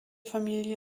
familie